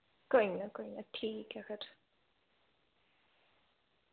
कोई ना कोई ना ठीक ऐ फिर